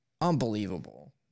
unbelievable